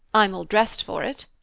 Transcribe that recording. i'm all dressed for it,